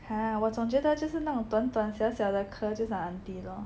!huh! 我总觉得就是那种短短小小的 curl 就算 aunty lor